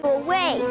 away